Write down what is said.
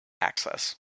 access